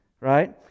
Right